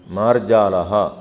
मार्जालः